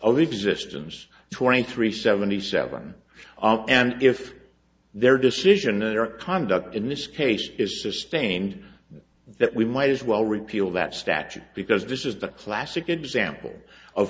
of existence twenty three seventy seven and if their decision and their conduct in this case is sustained that we might as well repeal that statute because this is the classic example of